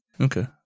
Okay